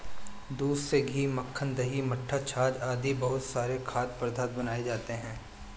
दूध से घी, मक्खन, दही, मट्ठा, छाछ आदि बहुत सारे खाद्य पदार्थ बनाए जाते हैं